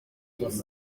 ibikorwa